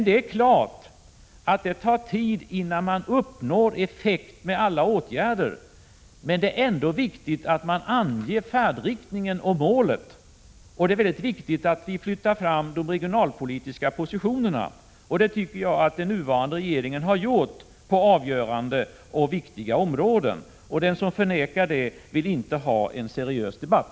Det är klart att det tar tid, innan man uppnår effekt med alla åtgärder, men det är ändå viktigt att ange färdriktningen och målet. Det är mycket viktigt att flytta fram de regionalpolitiska positionerna, och det anser jag att den nuvarande regeringen har gjort på avgörande och viktiga områden. Den som förnekar det vill inte ha en seriös debatt.